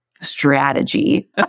strategy